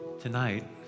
Tonight